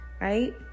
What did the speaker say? right